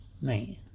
man